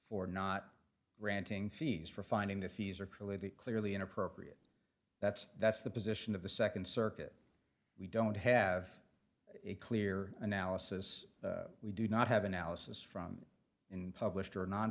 for not ranting fees for finding the fees or to leave it clearly inappropriate that's that's the position of the second circuit we don't have a clear analysis we do not have analysis from in published or non